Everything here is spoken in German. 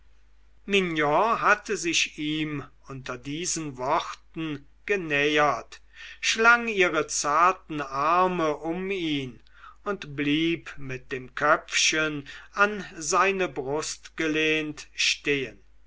hatte sich ihm unter diesen worten genähert schlang ihre zarten arme um ihn und blieb mit dem köpfchen an seine brust gelehnt stehen